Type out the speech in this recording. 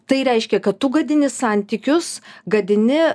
tai reiškia kad tu gadini santykius gadini